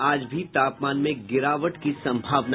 आज भी तापमान में गिरावट की संभावना